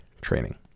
training